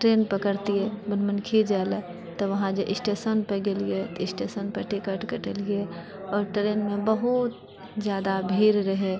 train पकड़तिऐ वनमनखी जाइ ले तऽवहाँ जे स्टेशन पर गेलिऐ तऽ स्टेशन पर टिकट कटेलिऐ आओर ट्रेनमे बहुत जादा भीड़ रहए